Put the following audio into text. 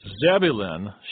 Zebulun